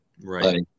Right